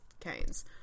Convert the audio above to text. canes